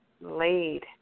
laid